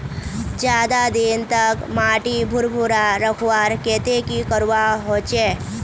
ज्यादा दिन तक माटी भुर्भुरा रखवार केते की करवा होचए?